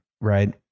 right